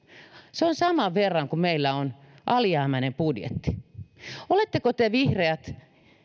se on saman verran kuin meillä on alijäämäinen budjetti oletteko te vihreät